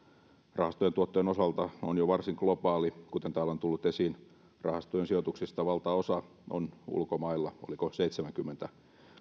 rahastojen tuottojen osalta on jo varsin globaali kuten täällä on tullut esiin rahastojen sijoituksista valtaosa on ulkomailla oliko seitsemänkymmentä